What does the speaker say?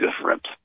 different